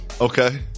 Okay